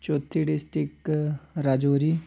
चौथी डिस्ट्रिक राजौरी